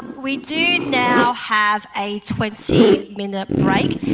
we do now have a twenty minute break,